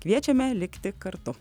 kviečiame likti kartu